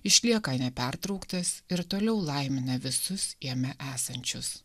išlieka nepertrauktas ir toliau laimina visus jame esančius